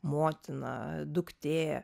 motina duktė